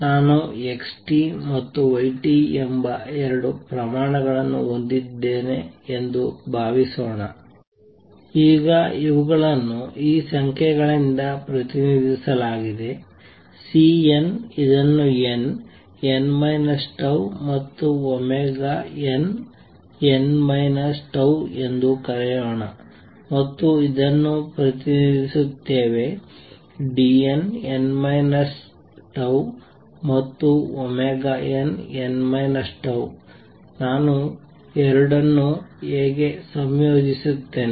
ನಾನು X ಮತ್ತು Y ಎಂಬ ಎರಡು ಪ್ರಮಾಣಗಳನ್ನು ಹೊಂದಿದ್ದೇನೆ ಎಂದು ಭಾವಿಸೋಣ ಈಗ ಇವುಗಳನ್ನು ಈ ಸಂಖ್ಯೆಗಳಿಂದ ಪ್ರತಿನಿಧಿಸಲಾಗಿದೆ Cn ಇದನ್ನು n n τ ಮತ್ತು omega n n minus tau ಎಂದು ಕರೆಯೋಣ ಮತ್ತು ಇದನ್ನು ಪ್ರತಿನಿಧಿಸುತ್ತೇವೆ Dnn τ ಮತ್ತು nn τ ನಾನು ಎರಡನ್ನು ಹೇಗೆ ಸಂಯೋಜಿಸುತ್ತೇನೆ